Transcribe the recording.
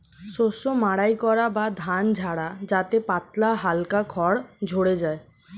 শস্য মাড়াই করা বা ধান ঝাড়া যাতে পাতলা হালকা খড় ঝড়ে যায়